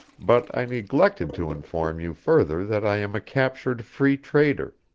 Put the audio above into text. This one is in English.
but i neglected to inform you further that i am a captured free trader,